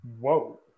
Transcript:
Whoa